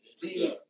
please